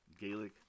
gaelic